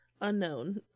unknown